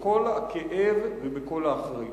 בכל הכאב ובכל האחריות,